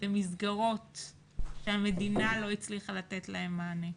למסגרות שהמדינה לא הצליחה לתת להם מענה,